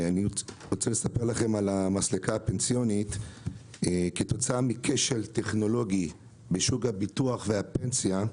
אני רוצה לספר לכם כתוצאה מכשל טכנולוגי בשוק הפיתוח והפנסיה,